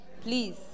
please